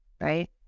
right